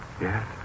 Yes